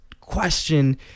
question